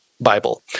Bible